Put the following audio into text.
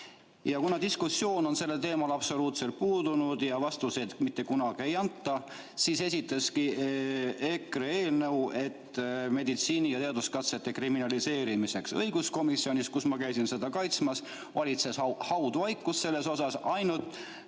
Kuna diskussioon sellel teemal on absoluutselt puudunud ja vastuseid mitte kunagi ei anta, siis esitaski EKRE eelnõu meditsiini- ja teaduskatsete kriminaliseerimiseks. Õiguskomisjonis, kus ma käisin seda kaitsmas, valitses haudvaikus selle koha peal,